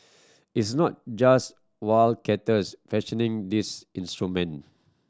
it's not just wildcatters fashioning these instrument